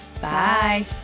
bye